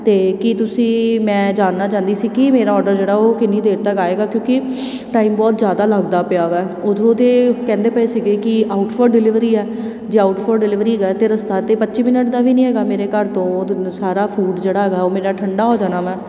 ਅਤੇ ਕੀ ਤੁਸੀਂ ਮੈਂ ਜਾਣਨਾ ਚਾਹੁੰਦੀ ਸੀ ਕਿ ਮੇਰਾ ਔਡਰ ਜਿਹੜਾ ਉਹ ਕਿੰਨੀ ਦੇਰ ਤੱਕ ਆਏਗਾ ਕਿਉਂਕਿ ਟਾਈਮ ਬਹੁਤ ਜ਼ਿਆਦਾ ਲੱਗਦਾ ਪਿਆ ਵਾ ਉੱਧਰ ਉਹਦੇ ਕਹਿੰਦੇ ਪਏ ਸੀਗੇ ਕਿ ਆਊਟ ਫੋਰ ਡਿਲੀਵਰੀ ਆ ਜੇ ਆਊਟ ਫੋਰ ਡਿਲੀਵਰੀ ਹੈਗਾ ਤਾਂ ਰਸਤਾ ਤਾਂ ਪੱਚੀ ਮਿੰਟ ਦਾ ਵੀ ਨਹੀਂ ਹੈਗਾ ਮੇਰੇ ਘਰ ਤੋਂ ਸਾਰਾ ਫੂਡ ਜਿਹੜਾ ਹੈਗਾ ਉਹ ਮੇਰਾ ਠੰਡਾ ਹੋ ਜਾਣਾ ਵਾ